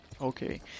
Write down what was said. Okay